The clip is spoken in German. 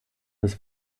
des